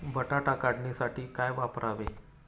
बटाटा काढणीसाठी काय वापरावे?